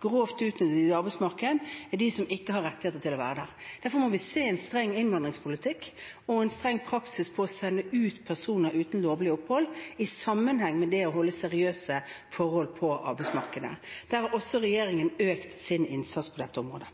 i et arbeidsmarked, er de som ikke har rett til å være der. Derfor må vi se en streng innvandringspolitikk og en streng praksis med å sende ut personer uten lovlig opphold i sammenheng med det å ha seriøse forhold på arbeidsmarkedet. Regjeringen har også økt sin innsats på dette området.